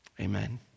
Amen